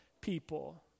people